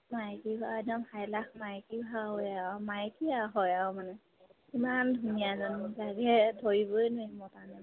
মাইকী ভাও একদম সাইলাখ মাইকী ভাওৱে আৰু মাইকীয়ে হয় আৰু মানে ইমান ধুনীয়া জানো লাগে ধৰিবই নোৱাৰি মতা নে মাইকী